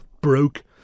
broke